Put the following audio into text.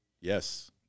Yes